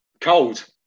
Cold